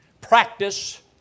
practice